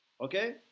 okay